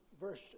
verse